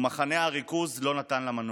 ומחנה הריכוז לא נתן לה מנוח.